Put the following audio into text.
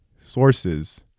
sources